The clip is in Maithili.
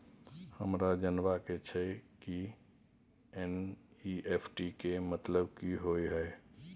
हमरा जनबा के छै की एन.ई.एफ.टी के मतलब की होए है?